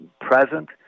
present